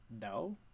No